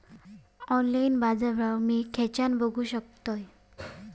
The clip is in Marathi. ऑनलाइन बाजारभाव मी खेच्यान बघू शकतय?